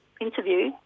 interview